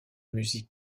musique